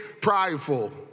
prideful